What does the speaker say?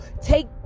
take